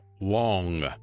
long